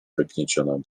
wygniecioną